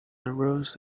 rose